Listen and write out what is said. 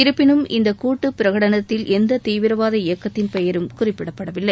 இருப்பினும் இந்த கூட்டு பிரகடனத்தில் எந்த தீவிரவாத இயக்கத்தின் பெயரும் குறிப்பிடபடவில்லை